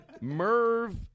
merv